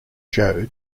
joe